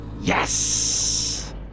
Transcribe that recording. Yes